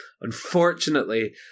unfortunately